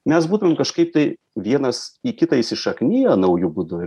nes būtum kažkaip tai vienas į kitą įsišakniję nauju būdu ir